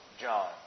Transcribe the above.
John